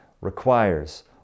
requires